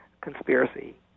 conspiracy